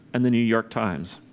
and the new york times.